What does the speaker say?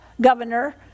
governor